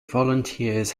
volunteers